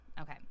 okay